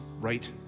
right